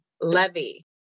Levy